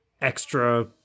extra